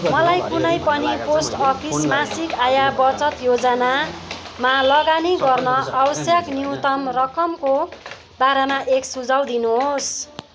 मलाई कुनै पनि पोस्ट अफिस मासिक आय बचत योजनमा लगानी गर्न आवश्यक न्यूनतम रकमको बारेमा एक सुझाउ दिनुहोस्